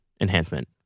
enhancement